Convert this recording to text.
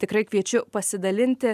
tikrai kviečiu pasidalinti